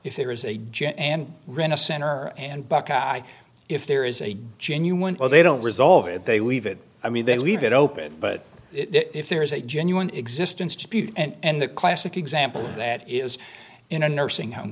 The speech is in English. if there is a jew and ran a center and buckeye if there is a genuine well they don't resolve it they weave it i mean they leave it open but if there is a genuine existence and the classic example that is in a nursing home